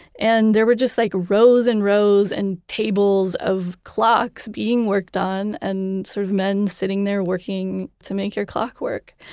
and there were just like rows, and rows, and tables of clocks being worked on. and sort of men sitting there working to make your clock work.